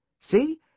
See